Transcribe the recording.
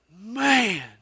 man